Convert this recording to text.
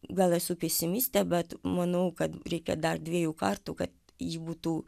gal esu pesimistė bet manau kad reikia dar dviejų kartų kad ji būtų